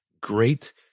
great